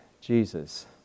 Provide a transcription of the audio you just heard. Jesus